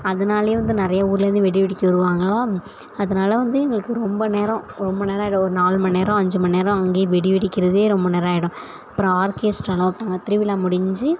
அதுனாலேயே வந்து நிறையா ஊர்லேருந்து வெடி வெடிக்க வருவாங்களா அதனால் வந்து எங்களுக்கு ரொம்ப நேரம் ரொம்ப நேரம் ஆகிடும் ஒரு நாலு மணி நேரம் அஞ்சு மணி நேரம் அங்கேயே வெடி வெடிக்கிறதே ரொம்ப நேரம் ஆகிடும் அப்புறம் ஆர்க்கெஸ்ட்ராலாம் வைப்பாங்க திருவிழா முடிஞ்சு